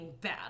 bad